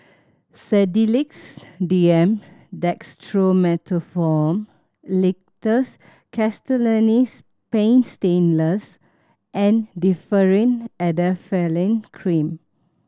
Sedilix D M Dextromethorphan Linctus Castellani's Paint Stainless and Differin Adapalene Cream